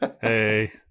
Hey